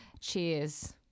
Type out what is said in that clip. Cheers